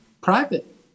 Private